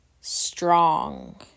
strong